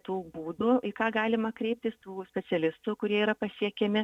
tų būdų į ką galima kreiptis tų specialistų kurie yra pasiekiami